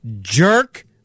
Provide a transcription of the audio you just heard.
jerk